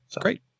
Great